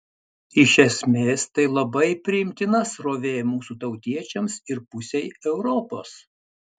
iš esmės tai labai priimtina srovė mūsų tautiečiams ir pusei europos